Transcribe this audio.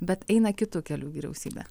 bet eina kitu keliu vyriausybė